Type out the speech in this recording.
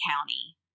County